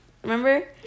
Remember